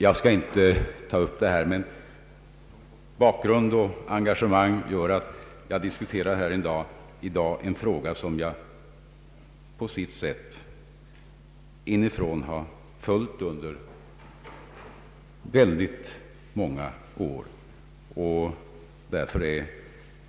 Jag skall inte ytterligare utveckla detta, men min bakgrund och mitt engagemang på detta område gör att jag i dag diskuterar en fråga som jag på sitt sätt inifrån har följt under många år.